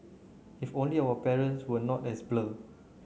if only our parents were not as blur